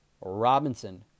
Robinson